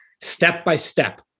step-by-step